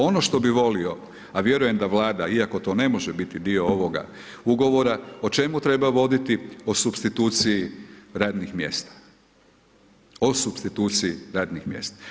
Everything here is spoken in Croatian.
Ono što bih volio, a vjerujem da Vlada iako to ne može biti dio ovoga ugovora, o čemu treba voditi, o supstituciji radnih mjesta, o supstituciji radnih mjesta.